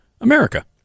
America